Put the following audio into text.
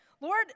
Lord